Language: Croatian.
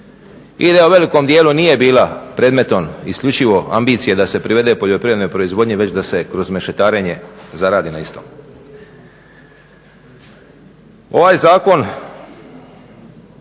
da u velikom dijelu nije bila predmetom isključivo ambicije da se privede poljoprivrednoj proizvodnji već da se kroz mešetarenje zaradi na istom.